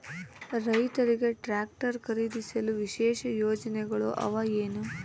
ರೈತರಿಗೆ ಟ್ರಾಕ್ಟರ್ ಖರೇದಿಸಲು ವಿಶೇಷ ಯೋಜನೆಗಳು ಅವ ಏನು?